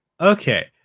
Okay